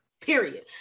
period